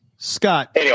Scott